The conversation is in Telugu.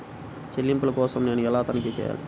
చెల్లింపుల కోసం నేను ఎలా తనిఖీ చేయాలి?